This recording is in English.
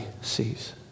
sees